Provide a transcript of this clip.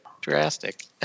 drastic